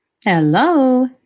Hello